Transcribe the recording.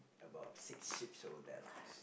about six sheep's over there lah